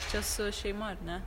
čia su šeima ar ne